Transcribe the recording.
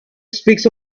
speaks